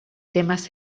temas